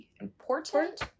important